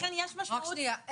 לכן יש משמעות --- רק שנייה,